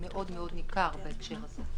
זה מאוד ניכר בהקשר הזה.